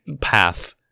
path